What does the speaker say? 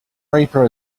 reaper